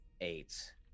eight